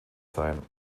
sein